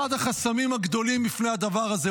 אחד החסמים הגדולים בפני הדבר הזה,